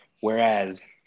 Whereas